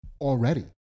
already